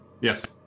Yes